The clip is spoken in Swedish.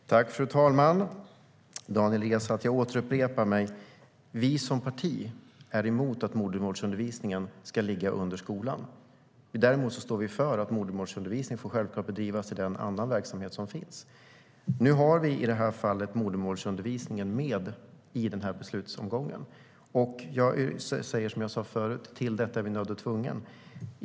STYLEREF Kantrubrik \* MERGEFORMAT Möjligheter till fjärrundervisningVi har i det här fallet modersmålsundervisningen med i beslutsomgången. Jag säger som jag sa förut, nämligen att vi till detta är nödda och tvungna.